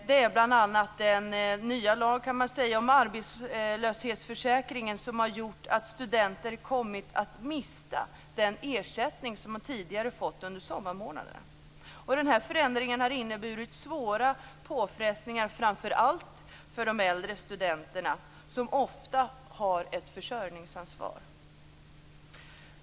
Det är bl.a. den nya lagen om arbetslöshetsförsäkringen som har gjort att studenter kommit att mista den ersättning som de tidigare fått under sommarmånaderna. Den förändringen har inneburit svåra påfrestningar framför allt för de äldre studenterna som ofta har ett försörjningsansvar.